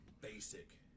basic